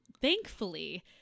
thankfully